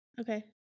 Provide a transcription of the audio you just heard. Okay